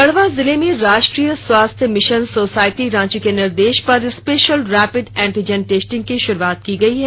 गढ़वा जिले में राष्ट्रीय स्वास्थ्य मिशन सोसाइटी रांची के निर्देश पर स्पेशल रैपिड एंटीजन टेस्टिंग की शुरुआत की गयी है